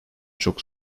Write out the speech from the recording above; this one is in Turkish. çok